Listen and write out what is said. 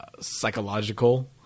psychological